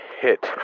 hit